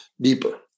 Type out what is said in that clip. deeper